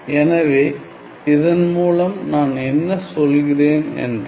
எனவே இதன் மூலம் நான் என்ன சொல்கிறேன் என்றால்